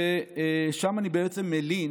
ושם אני בעצם מלין